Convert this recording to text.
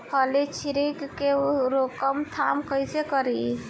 फली छिद्रक के रोकथाम कईसे करी?